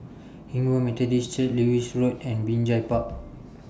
Hinghwa Methodist Church Lewis Road and Binjai Park